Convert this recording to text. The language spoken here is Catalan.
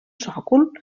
sòcol